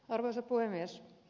arvoisa puhemies